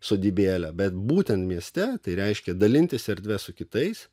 sodybėlę bet būtent mieste tai reiškia dalintis erdve su kitais